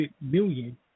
million